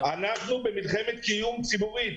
אנחנו במלחמת קיום ציבורית.